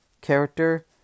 character